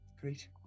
Great